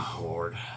Lord